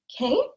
okay